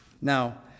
Now